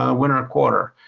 ah winter quarter.